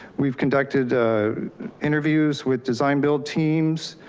we've conducted interviews with design build teams,